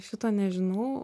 šito nežinau